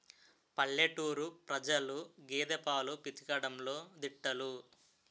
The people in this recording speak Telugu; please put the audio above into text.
పల్లెటూరు ప్రజలు గేదె పాలు పితకడంలో దిట్టలు